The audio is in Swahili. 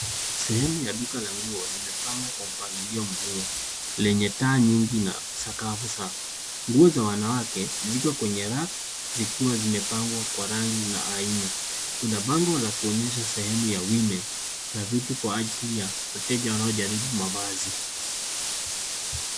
Sehemu ya duka la nguo imepangwa kwa mpangilio mzuri lenye taa nyingi na sakafu safi. Nguo za wanaweke ziko kwenye rack zikiwa zimepangwa kwa rangi na aina. Kuna bango la kuonyesha sehemu ya women na viti kwa ajili ya wateja wanaojaribu mavazi.